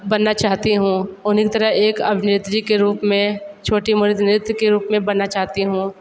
बनना चाहती हूँ उन्हीं की तरह एक अभिनेत्री के रूप में छोटी मोटी नृत्य के रूप में बनना चाहती हूँ